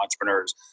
entrepreneurs